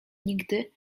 nigdy